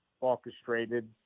orchestrated